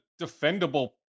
defendable